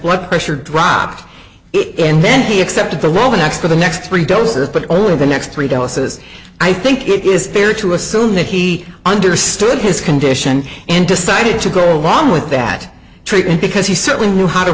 blood pressure dropped it and then he accepted the role the next for the next three doses but only the next three doses i think it is fair to assume that he understood his condition and decided to go along with that treatment because he certainly knew how to